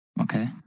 Okay